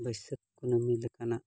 ᱵᱟᱹᱭᱥᱟᱹᱠᱷ ᱠᱩᱱᱟᱹᱢᱤ ᱞᱮᱠᱟᱱᱟᱜ